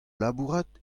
labourat